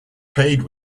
paid